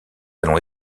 allons